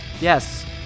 Yes